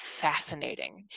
fascinating